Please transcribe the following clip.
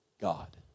God